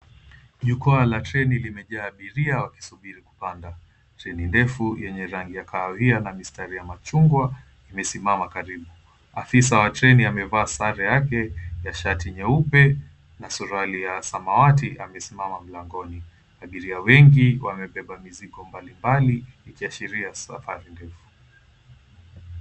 Jukwa la treni limejaa abiria wakisubiri kupanda. Treni ndefu yenye rangi ya kahawia na mistari ya machungwa imesimama karibu. Afisa wa treni amevaa sare yake ya shati jeupe na suruali ya samawati amesimama mlangoni. Abiria wengi wamebeba mizigo mbalimbali ikiashiria safari ndefu.